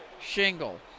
shingle